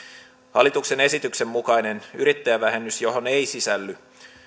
hallituksen esityksen mukainen yrittäjävähennys johon ei sisälly